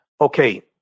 Okay